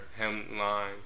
hemline